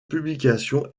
publication